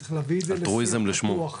צריך להביא את זה לשיח פתוח,